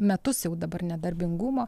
metus jau dabar nedarbingumo